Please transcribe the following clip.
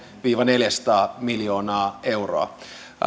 viiva neljäsataa miljoonaa euroa